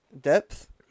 Depth